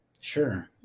Sure